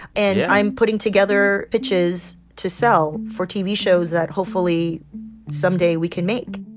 and i'm putting together pitches to sell for tv shows that hopefully someday we can make